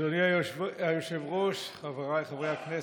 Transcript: אדוני היושב-ראש, חבריי חברי הכנסת,